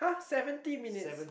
seventy minutes